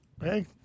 Hey